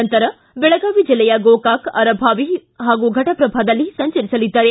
ನಂತರ ಬೆಳಗಾವಿ ಜಿಲ್ಲೆಯ ಗೋಕಾಕ ಅರಭಾವಿ ಹಾಗೂ ಘಟಪ್ರಭಾದಲ್ಲಿ ಸಂಜರಿಸಲಿದ್ದಾರೆ